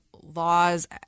laws